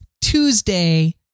Tuesday